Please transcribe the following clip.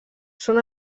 són